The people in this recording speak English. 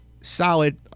solid